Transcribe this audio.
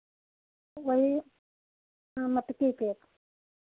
वही हाँ मटकी केक